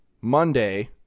Monday